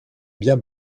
bien